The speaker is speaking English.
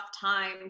time